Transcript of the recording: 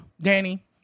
Danny